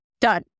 done